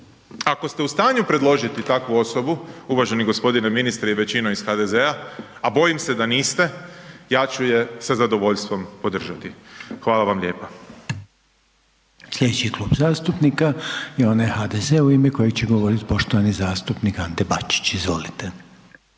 Ako ste u stanju predložiti takvu osobu uvaženi g. ministre i većina iz HDZ-a, a bojim se da niste, ja ću je sa zadovoljstvom podržati. Hvala vam lijepa. **Reiner, Željko (HDZ)** Slijedeći Klub zastupnika je onaj HDZ-a u ime kojeg će govorit poštovani zastupnik Ante Bačić, izvolite.